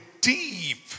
deep